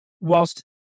whilst